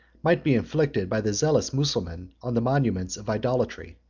might be inflicted by the zealous mussulman on the monuments of idolatry.